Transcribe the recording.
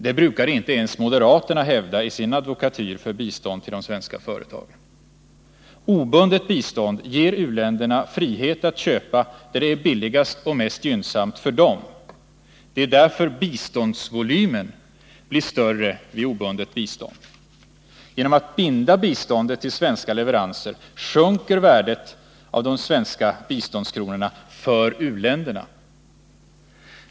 Det brukar inte ens moderaterna hävda i sin advokatyr för bistånd till de svenska företagen. Obundet bistånd ger u-länderna frihet att köpa där det är billigast och mest gynnsamt för dem. Det är därför biståndsvolymen blir större vid obundet bistånd. Genom att binda biståndet till svenska leveranser sjunker värdet av de svenska biståndskronorna för u-länderna.